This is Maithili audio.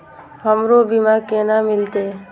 हमरो बीमा केना मिलते?